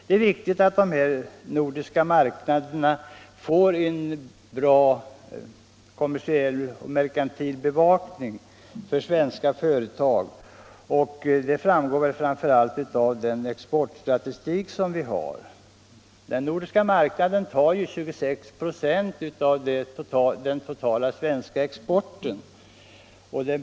Det är viktigt för svenska företag att de nordiska marknaderna får en bra kommersiell och merkantil bevakning. Det framgår framför allt av den exportstatistik vi har. Den nordiska marknaden tar 26 96 av den totala svenska exporten.